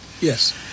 Yes